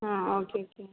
okay sir